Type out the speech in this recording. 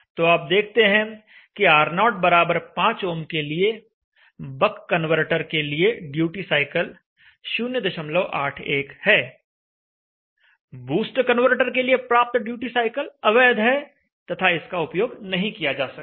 तो आप देखते हैं कि R05 ओम के लिए बक कनवर्टर के लिए ड्यूटी साइकिल 081 है बूस्ट कन्वर्टर के लिए प्राप्त ड्यूटी साइकिल अवैध है तथा इसका उपयोग नहीं किया जा सकता